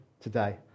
today